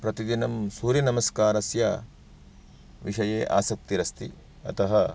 प्रतिदिनं सूर्यनमस्कारस्य विषये आसक्तिरस्ति अतः